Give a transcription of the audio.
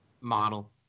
Model